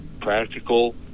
practical